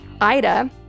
Ida